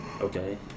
okay